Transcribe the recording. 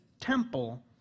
Temple